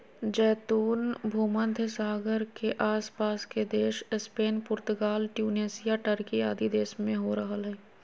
जैतून भूमध्य सागर के आस पास के देश स्पेन, पुर्तगाल, ट्यूनेशिया, टर्की आदि देश में हो रहल हई